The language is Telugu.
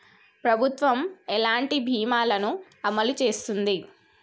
ప్రభుత్వం ఎలాంటి బీమా ల ను అమలు చేస్తుంది?